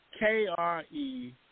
KRE